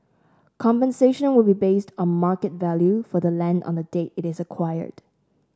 compensation will be based on market value for the land on the date it is acquired